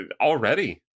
already